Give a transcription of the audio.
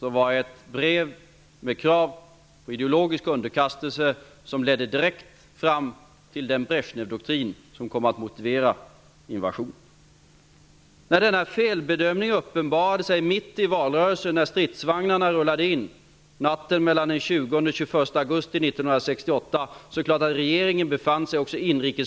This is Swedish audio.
Det var ett brev med krav på ideologisk underkastelse som ledde direkt fram till den Brezjnevdoktrin som kom att motivera invasionen. När denna felbedömning uppenbarade sig mitt i valrörelsen då stridsvagnarna rullade in -- natten mellan den 20 och 21 augusti 1968 -- är det klart att regeringen även inrikespolitiskt